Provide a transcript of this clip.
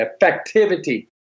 effectivity